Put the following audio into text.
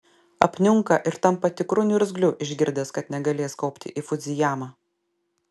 apniunka ir tampa tikru niurzgliu išgirdęs kad negalės kopti į fudzijamą